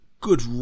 good